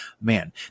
man